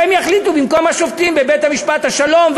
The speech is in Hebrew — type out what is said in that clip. שהם יחליטו במקום השופטים בבית-משפט השלום,